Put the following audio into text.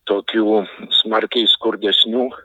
tokių smarkiai skurdesnių